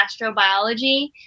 astrobiology